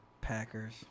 Packers